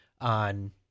on